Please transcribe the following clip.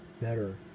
better